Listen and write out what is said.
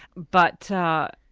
but.